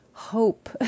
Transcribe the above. hope